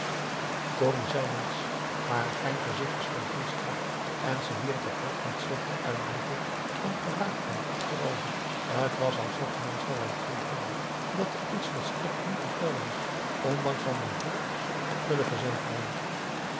corrie zei niets maar haar fijn gezichtje stond heel strak en ze wierp het hoofd met zekere uitdrukking van geraaktheid achterover t was alsof mr wautier voelde dat er iets volstrekt niet in orde was ondanks van den broek's gulle verzekering